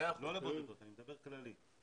לא לבודדות, אני מדבר כללי.